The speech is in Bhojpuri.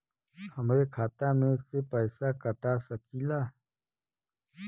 हमरे खाता में से पैसा कटा सकी ला?